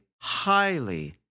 highly